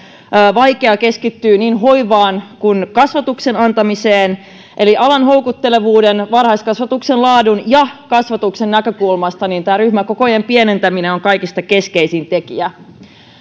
vaikeaa keskittyä niin hoivaan kuin kasvatuksen antamiseen eli alan houkuttelevuuden varhaiskasvatuksen laadun ja kasvatuksen näkökulmasta tämä ryhmäkokojen pienentäminen on kaikista keskeisin tekijä